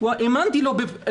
האמנתי לו.